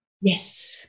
Yes